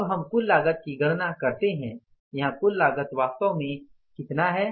अब हम कुल लागत की गणना करते हैं यहाँ कुल लागत वास्तव में कितना है